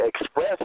express